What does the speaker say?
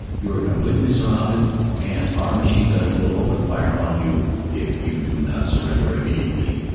you are completely surrounded and our machine-gunners will open fire on you if you do not surrender immediately.